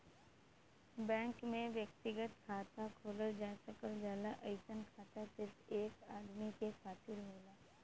bank में व्यक्तिगत खाता खोलल जा सकल जाला अइसन खाता सिर्फ एक आदमी के खातिर होला